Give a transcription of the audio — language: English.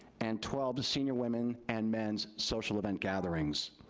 and twelve to senior women and men's social event gatherings.